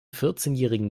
vierzehnjährigen